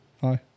hi